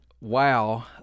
wow